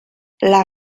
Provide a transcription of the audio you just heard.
les